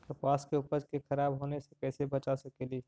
कपास के उपज के खराब होने से कैसे बचा सकेली?